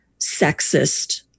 sexist